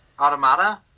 Automata